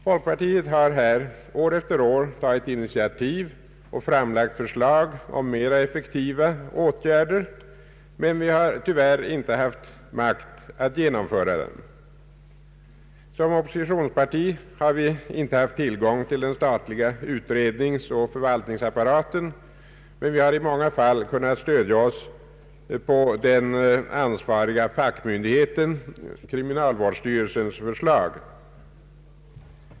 Folkpartiet har här år efter år tagit initiativ och framlagt förslag om mera effektiva åtgärder, men vi har tyvärr inte haft makt att genomföra dem. Som oppositionsparti har vi inte haft tillgång till den statliga utredningsoch förvaltningsapparaten, men vi har i många fall kunnat stödja oss på förslag från den ansvariga fackmyndigheten, kriminalvårdsstyrelsen.